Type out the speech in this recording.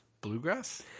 Bluegrass